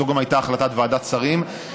זאת הייתה גם החלטת ועדת שרים,